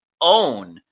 own